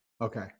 Okay